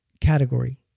category